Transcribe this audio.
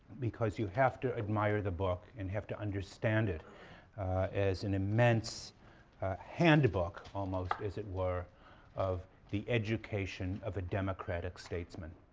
because you have to admire the book and have to understand it as an immense handbook, almost as it were of the education of a democratic statesman,